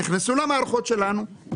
נכנסו למערכות שלנו,